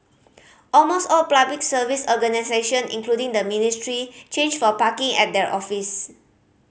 almost all Public Service organisation including the ministry change for parking at their office